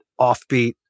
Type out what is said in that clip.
offbeat